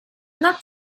not